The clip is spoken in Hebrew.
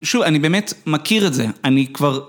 שוב, אני באמת מכיר את זה. אני כבר...